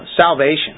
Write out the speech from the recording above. Salvation